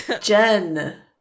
Jen